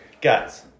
Guys